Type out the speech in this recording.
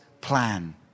plan